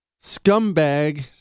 scumbag